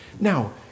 Now